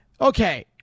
Okay